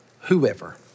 whoever